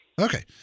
Okay